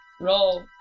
roll